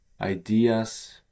ideas